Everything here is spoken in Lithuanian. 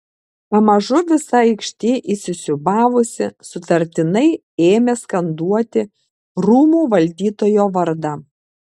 pamažu visa aikštė įsisiūbavusi sutartinai ėmė skanduoti rūmų valdytojo vardą